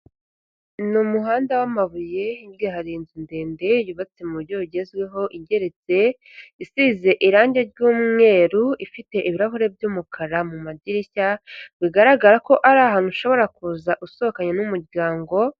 Ni umuhanda w'amabuye, hirya hari inzu ndende yubatse mu buryo bugezweho igeretse, isize irangi ry'umweru, ifite ibirahuri by'umukara mu madirishya, bigaragara ko ari ahantu ushobora kuza usohokanye n'umuryango.